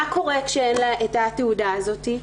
מה קורה כשאין לה את התעודה הזאת?